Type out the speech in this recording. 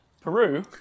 Peru